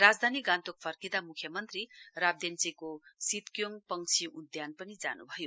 राजधानी गान्तोक फर्किंदा म्ख्यमन्त्री राब्देन्सीको सिदक्योङ पंक्षी उद्यान पनि जान् भयो